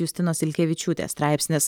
justinos ilkevičiūtės straipsnis